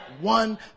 one